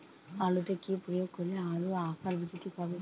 আলুতে কি প্রয়োগ করলে আলুর আকার বৃদ্ধি পাবে?